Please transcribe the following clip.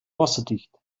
wasserdicht